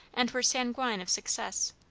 and were sanguine of success.